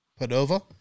Padova